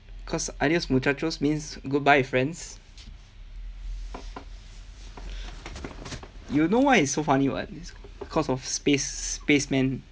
cause adios muchachos means goodbye friends you know why it's so funny [what] it's cause of space space man